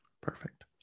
Perfect